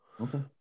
Okay